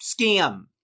scam